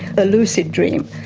a lucid dream.